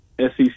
SEC